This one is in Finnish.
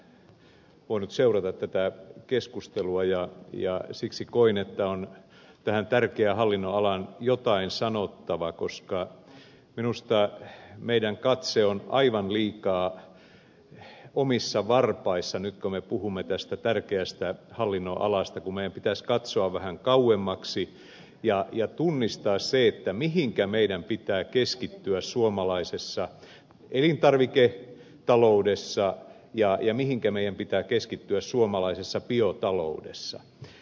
olen nyt vain hetken aikaa voinut seurata tätä keskustelua ja siksi koin että on tähän tärkeään hallinnonalaan jotain sanottava koska minusta meidän katseemme on aivan liikaa omissa varpaissamme nyt kun me puhumme tästä tärkeästä hallinnonalasta kun meidän pitäisi katsoa vähän kauemmaksi ja tunnistaa se mihinkä meidän pitää keskittyä suomalaisessa elintarviketaloudessa ja mihinkä meidän pitää keskittyä suomalaisessa biotaloudessa